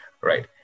right